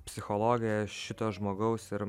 psichologiją šito žmogaus ir